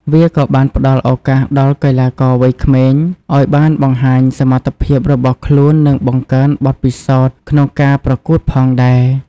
វាក៏បានផ្តល់ឱកាសដល់កីឡាករវ័យក្មេងឲ្យបានបង្ហាញសមត្ថភាពរបស់ខ្លួននិងបង្កើនបទពិសោធន៍ក្នុងការប្រកួតផងដែរ។